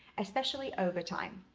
especially over time.